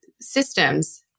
systems